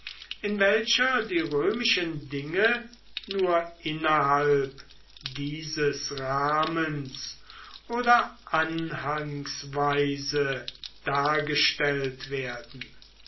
in welcher die römischen dinge nur innerhalb dieses rahmens oder anhangsweise dargestellt werden